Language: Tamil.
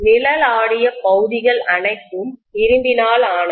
நிழலாடிய பகுதிகள் அனைத்தும் இரும்பினால் ஆனவை